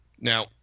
now